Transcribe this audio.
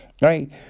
right